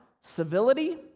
civility